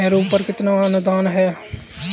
Harrow पर कितना अनुदान है?